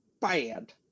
bad